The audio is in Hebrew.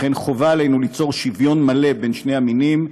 לכן חובה עלינו ליצור שוויון מלא בין שני המינים,